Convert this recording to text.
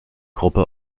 gruppe